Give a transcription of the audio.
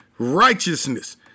Righteousness